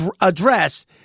address